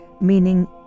meaning